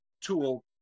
tool